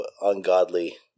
ungodly